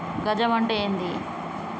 గజం అంటే ఏంది?